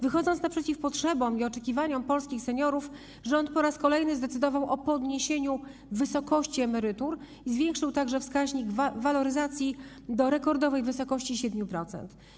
Wychodząc naprzeciw potrzebom i oczekiwaniom polskich seniorów, rząd po raz kolejny zdecydował o podniesieniu wysokości emerytur, zwiększył także wskaźnik waloryzacji do rekordowej wysokości 7%.